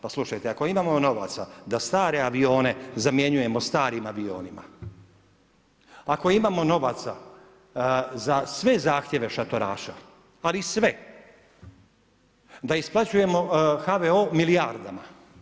Pa slušajte, ako imamo novaca da stare avione zamjenjujemo starim avionima, ako imamo novaca za sve zahtjeve šatoraša, ali sve, da isplaćujemo HVO milijardama.